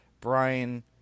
Brian